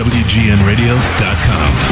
wgnradio.com